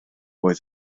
oedd